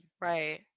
Right